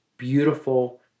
Beautiful